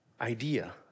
idea